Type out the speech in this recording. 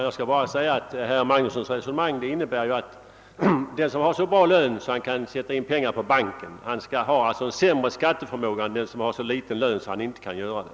Herr talman! Herr Magnussons reso nemang innebär ju att den som har så bra lön att han kan sätta in pengar på banken skulle ha en sämre skatteförmåga än den som har så liten lön att han inte kan göra det.